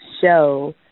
show